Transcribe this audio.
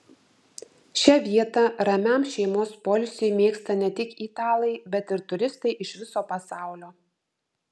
šią vietą ramiam šeimos poilsiui mėgsta ne tik italai bet ir turistai iš viso pasaulio